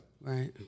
Right